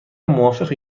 موافقی